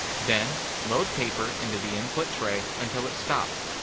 then, load paper into the input tray until it stops.